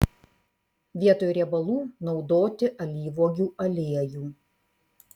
vietoj riebalų naudoti alyvuogių aliejų